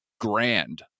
grand